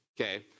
Okay